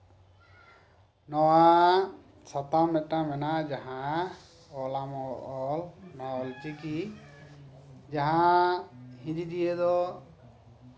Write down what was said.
ᱱᱚᱶᱟ ᱥᱟᱛᱟᱢ ᱢᱤᱫᱴᱮᱱ ᱢᱮᱱᱟᱜᱼᱟ ᱡᱟᱦᱟᱸ ᱚᱞᱟᱢ ᱚᱞ ᱱᱚᱶᱟ ᱚᱞ ᱪᱤᱠᱤ ᱡᱟᱦᱟᱸ ᱤᱫᱤ ᱫᱤᱭᱟᱹ ᱫᱚ